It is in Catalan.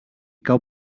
cau